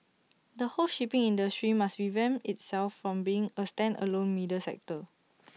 the whole shipping industry must revamp itself from being A standalone middle sector